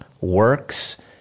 works